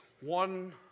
one